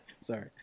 Sorry